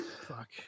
Fuck